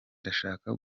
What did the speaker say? ndashaka